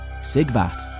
Sigvat